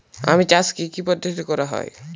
আম চাষ কি কি পদ্ধতিতে করা হয়?